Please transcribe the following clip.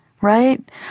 right